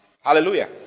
Hallelujah